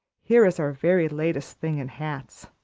here is our very latest thing in hats,